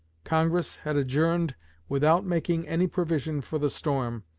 congress had adjourned without making any provision for the storm,